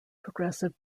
progressive